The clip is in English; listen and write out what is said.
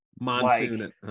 monsoon